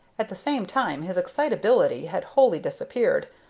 at the same time his excitability had wholly disappeared,